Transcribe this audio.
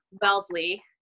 Wellesley